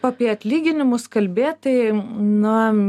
apie atlyginimus kalbėt tai na